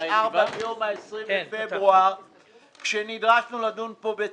אז נדרשנו לדון כאן,